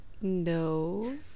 No